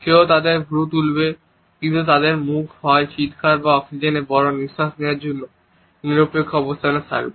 কেউ তাদের ভ্রু তুলবে কিন্তু তাদের মুখও হয় চিৎকার বা অক্সিজেনের বড় নিঃশ্বাস নেওয়ার জন্য নিরপেক্ষ অবস্থানে থাকবে